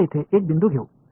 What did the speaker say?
चला येथे एक बिंदू घेऊ